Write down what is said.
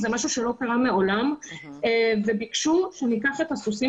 זה משהו שלא קרה מעולם וביקשו שניקח את הסוסים